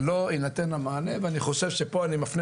לא יינתן המענה ואני חושב שפה אני מפנה